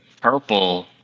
purple